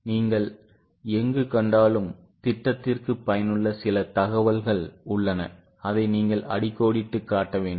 நீங்கள் எங்கு கண்டாலும் திட்டத்திற்கு பயனுள்ள சில தகவல்கள் உள்ளன அதை நீங்கள் அடிக்கோடிட்டுக் காட்ட வேண்டும்